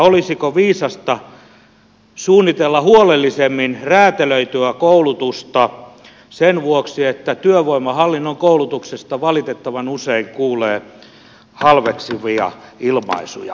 olisiko viisasta suunnitella huolellisemmin räätälöityä koulutusta sen vuoksi että työvoimahallinnon koulutuksen tarkoituksenmukaisuudesta valitettavan usein kuulee halveksivia ilmaisuja